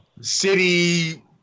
city